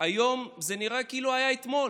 היום זה נראה כאילו זה היה אתמול,